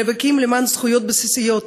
מדינת ישראל שנאבקים למען זכויות בסיסיות,